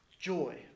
joy